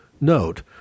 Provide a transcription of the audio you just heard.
note